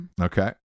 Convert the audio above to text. Okay